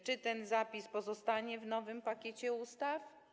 Czy ten zapis pozostanie w nowym pakiecie ustaw?